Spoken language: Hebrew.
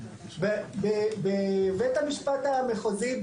בבית המשפט המחוזי,